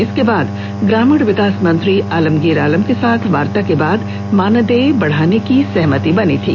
इसके बाद ग्रामीण विकास मंत्री आलमगीर आलम के साथ वार्ता के बाद मानदेय बढ़ाने की सहमति बनी थी